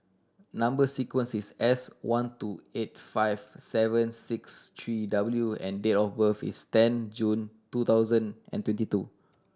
number sequence is S one two eight five seven six three W and date of birth is ten June two thousand and twenty two